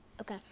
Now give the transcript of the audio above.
Okay